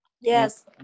Yes